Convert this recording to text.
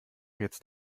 jetzt